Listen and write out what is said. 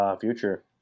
future